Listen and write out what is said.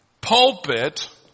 pulpit